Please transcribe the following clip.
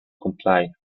comply